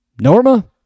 norma